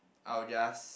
I will just